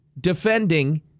defending